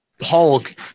Hulk